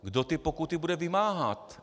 Kdo ty pokuty bude vymáhat?